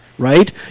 Right